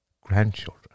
grandchildren